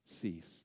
ceased